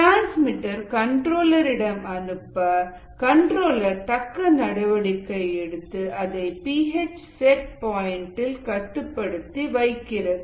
transmitter controller இடம் அனுப்ப controller தக்க நடவடிக்கை எடுத்து அதை பி ஹெச் செட் பாயிண்டில் கட்டுப்படுத்தி வைக்கிறது